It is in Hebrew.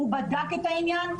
הוא בדק את העניין.